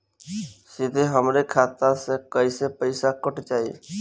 सीधे हमरे खाता से कैसे पईसा कट जाई?